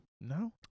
No